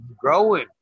growing